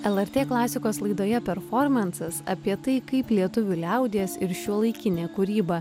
lrt klasikos laidoje performansas apie tai kaip lietuvių liaudies ir šiuolaikinė kūryba